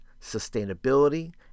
sustainability